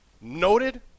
noted